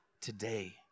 today